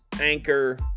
Anchor